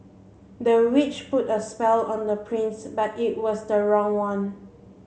the witch put a spell on the prince but it was the wrong one